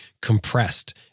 compressed